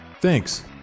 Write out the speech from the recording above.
Thanks